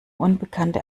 unbekannte